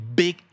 big